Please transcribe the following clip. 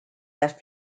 las